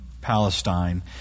Palestine